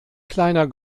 kleiner